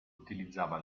utilizzava